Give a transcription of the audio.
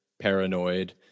paranoid